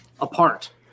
apart